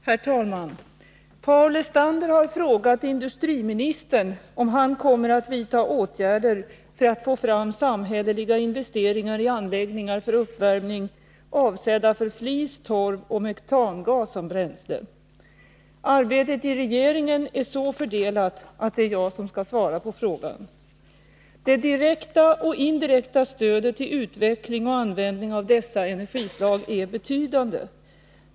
Herr talman! Paul Lestander har frågat industriministern om han kommer att vidta åtgärder för att få fram samhälleliga investeringar i anläggningar för uppvärmning avsedda för flis, torv och metangas som bränsle. Arbetet i regeringen är så fördelat att det är jag som skall svara på frågan. Det direkta och indirekta stödet till utveckling och användning av dessa energislag är betydande.